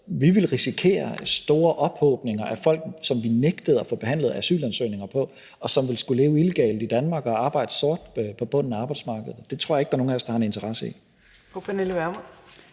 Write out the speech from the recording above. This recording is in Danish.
vi ville risikere store ophobninger af folk, som vi nægtede at få behandlet asylansøgninger på, og som ville skulle leve illegalt i Danmark og arbejde sort på bunden af arbejdsmarkedet, og det tror jeg ikke at der er nogen af os der har en interesse i. Kl. 13:31 Fjerde